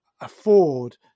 afford